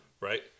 Right